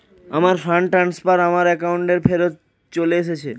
আমার fund transfer আমার অ্যাকাউন্টেই ফেরত চলে এসেছে